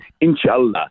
Inshallah